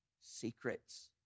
secrets